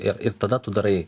ir ir tada tu darai